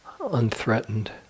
unthreatened